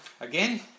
again